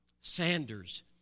Sanders